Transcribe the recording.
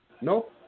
no